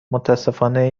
متاسفانه